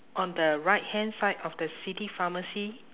on the right hand side of the city pharmacy